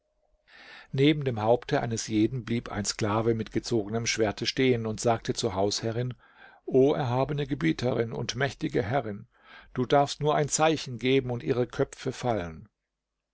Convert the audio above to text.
neben dem haupte eines jeden blieb ein sklave mit gezogenem schwerte stehen und sagte zur hausherrin o erhabene gebieterin und mächtige herrin du darfst nur ein zeichen geben und ihre köpfe fallen